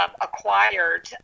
acquired